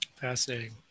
Fascinating